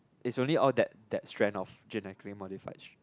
is only all that that strain of genetically modified